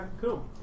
Cool